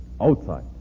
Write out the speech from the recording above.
outside